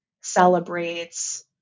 celebrates